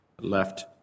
left